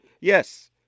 Yes